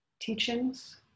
teachings